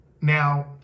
Now